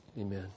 amen